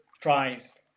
tries